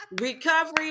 recovery